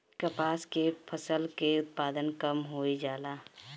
कपास के फसल के उत्पादन कम होइ जाला?